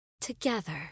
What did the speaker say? together